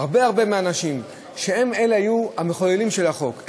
הרבה הרבה מהאנשים שהם שהיו המחוללים של החוק,